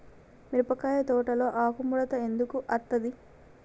మిరపకాయ తోటలో ఆకు ముడత ఎందుకు అత్తది?